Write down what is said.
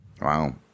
Wow